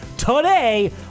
today